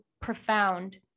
profound